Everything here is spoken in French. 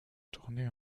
tourné